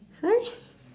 sorry